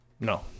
No